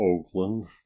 Oakland